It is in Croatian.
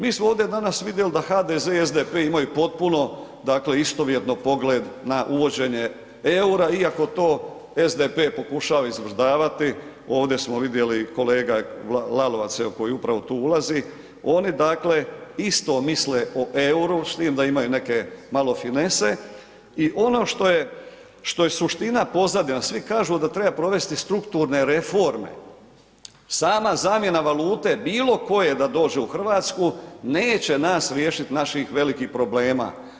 Mi smo ovdje danas vidjeli da HDZ i SDP imaju potpuno dakle istovjetno pogled na uvođenje eura iako to SDP pokušava izvrdavati, ovdje smo vidjeli, kolega Lalovac koji upravo tu ulazi, oni dakle isto misle o euru s tim da imaju neke malo finese i ono što je suština pozadine, svi kažu da treba provesti strukturne reforme, sama zamjena valute bilokoje da dođe u Hrvatsku, neće nas riješiti naših velikih problema.